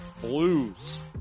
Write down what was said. Blues